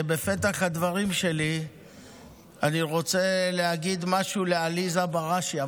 בפתח הדברים שלי אני רוצה להגיד משהו לעליזה בראשי.